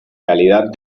calidad